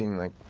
like,